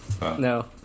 no